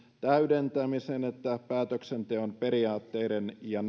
täydentämisen että päätöksenteon periaatteiden ja